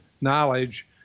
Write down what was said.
knowledge